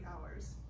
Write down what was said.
hours